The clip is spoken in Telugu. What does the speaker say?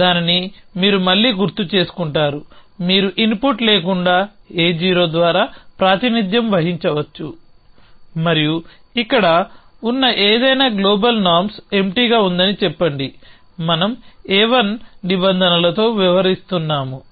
దానిని మీరు మళ్లీ గుర్తు చేసుకుంటారు మీరు ఇన్పుట్ లేకుండా A0 ద్వారా ప్రాతినిధ్యం వహించవచ్చు మరియు ఇక్కడ ఉన్న ఏదైనా గ్లోబల్ నార్మ్స్ ఎంప్టీగా ఉందని చెప్పండి మనం A1 నిబంధనలతో వ్యవహరిస్తున్నాము